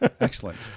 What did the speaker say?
Excellent